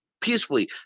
peacefully